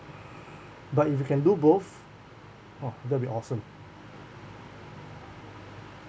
but if you can do both ah that'll be awesome